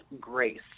Grace